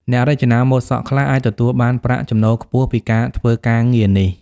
អ្នករចនាម៉ូដសក់ខ្លះអាចទទួលបានប្រាក់ចំណូលខ្ពស់ពីការធ្វើការងារនេះ។